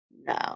No